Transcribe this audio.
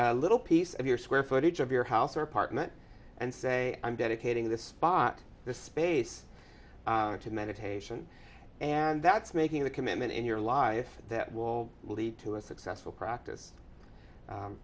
a little piece of your square footage of your house or apartment and say i'm dedicating this spot this space into meditation and that's making the commitment in your life that will lead to a successful practice